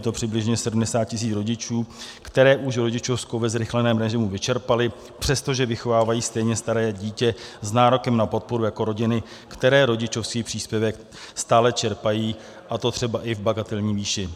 Je to přibližně 70 tisíc rodičů, kteří už rodičovskou ve zrychleném režimu vyčerpali, přestože vychovávají stejně staré dítě s nárokem na podporu jako rodiny, které rodičovský příspěvek stále čerpají, a to třeba i v bagatelní výši.